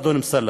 אדון אמסלם.